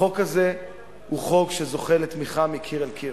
החוק הזה הוא חוק שזוכה לתמיכה מקיר אל קיר.